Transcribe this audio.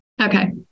Okay